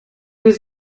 was